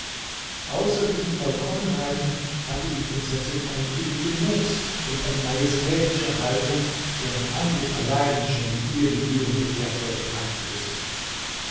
außer diesen vollkommenheiten hatte die prinzessin einen üppigen wuchs und eine majestätische haltung deren anblick allein schon die ihr gebührende ehrfurcht einflößte